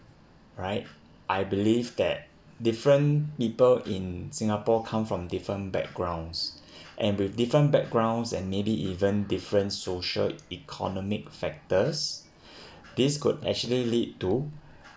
right I believe that different people in singapore come from different backgrounds and with different backgrounds and maybe even different social economic factors this could actually lead to